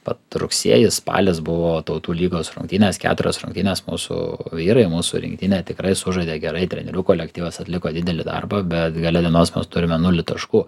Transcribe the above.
vat rugsėjis spalis buvo tautų lygos rungtynės keturios rungtynės mūsų vyrai mūsų rinktinė tikrai sužaidė gerai trenerių kolektyvas atliko didelį darbą bet gale dienos mes turime nulį taškų